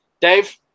Dave